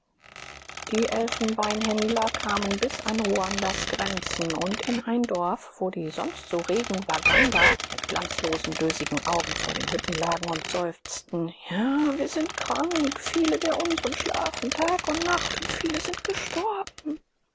die elfenbeinhändler kamen bis an ugandas grenzen und in ein dorf wo die sonst so regen waganda mit glanzlosen dösigen augen vor den hütten lagen und seufzten ja wir sind krank viele der unsren schlafen tag und nacht und viele sind gestorben